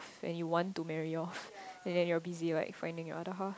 then you want to marry off and then you are busy like finding your other half